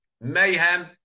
mayhem